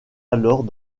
alors